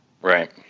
Right